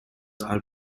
are